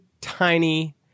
tiny